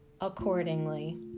accordingly